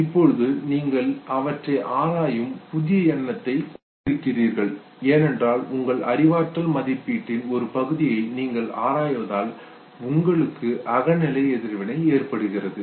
இப்பொழுது நீங்கள் அவற்றை ஆராயும் புதிய எண்ணத்தை கொண்டிருக்கிறீர்கள் ஏனென்றால் உங்கள் அறிவாற்றல் மதிப்பீட்டின் ஒரு பகுதியை நீங்கள் ஆராய்வதால் உங்களுக்கு அகநிலை எதிர்வினை ஏற்படுகிறது